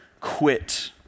Quit